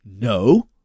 No